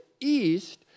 east